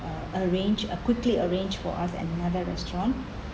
uh arrange uh quickly arrange for us another restaurant